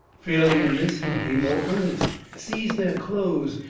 failing in this, he became more earnest, seized their clothes,